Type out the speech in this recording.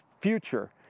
future